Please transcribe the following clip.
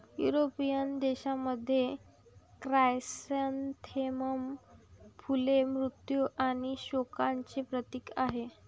European देशांमध्ये, chrysanthemum फुले मृत्यू आणि शोकांचे प्रतीक आहेत